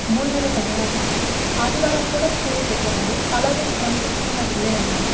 మూడు నెలల తర్వాత ఆదివారాలు కూడా స్కూల్ పెట్టేవారు అలాగే క్రమశిక్షణగా వెళ్ళేవాళ్ళము